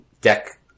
deck